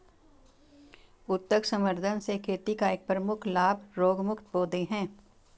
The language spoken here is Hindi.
उत्तक संवर्धन से खेती का एक प्रमुख लाभ रोगमुक्त पौधे हैं